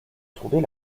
trouvait